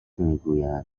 میگویند